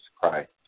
Christ